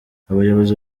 abayobozi